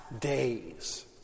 days